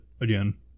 again